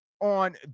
on